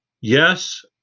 Yes